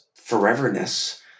foreverness